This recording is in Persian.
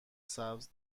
سبز